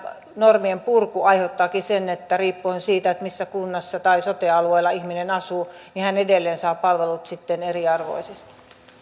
normien purku aiheuttaakin sen että riippuen siitä missä kunnassa tai sote alueella ihminen asuu hän edelleen saa palvelut sitten eriarvoisesti